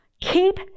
keep